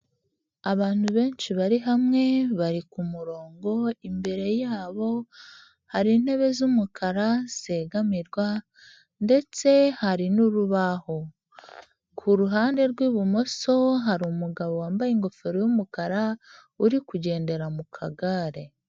Abantu benshi bari hamwe bari ku murongo imbere yabo hari intebe z'umukara zegamirwa ndetse hari n'urubaho. Ku ruhande rw'ibumoso hari umugabo wambaye ingofero y'umukara uri kugendera mu kagare.